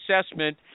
assessment